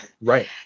right